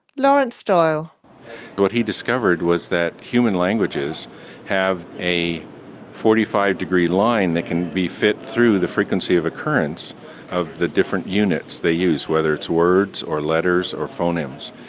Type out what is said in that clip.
laurance doyle what he discovered was that human languages have a forty five degree line that can be fit through the frequency of occurrence of the different units they use, whether it's words or letters or phonemes.